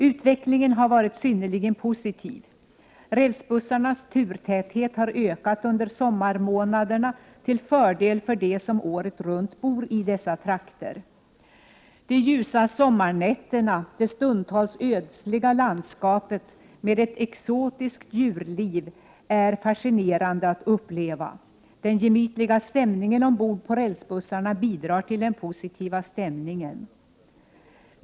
Utvecklingen har varit synnerligen positiv. Rälsbussarna har fått större turtäthet under sommarmånaderna till förmån för dem som året runt bor i dessa trakter. De ljusa sommarnätterna och det stundtals ödsliga landskapet med ett exotiskt djurliv är fascinerande att uppleva. Den gemytliga stämningen ombord på rälsbussarna bidrar också till den positiva stämningen.